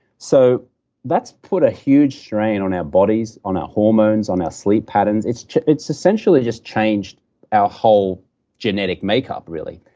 so that's put a huge strain on our bodies, on our hormones, on our sleep patterns. it's it's essentially just changed our whole genetic makeup, really